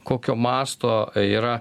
kokio masto yra